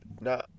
No